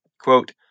Quote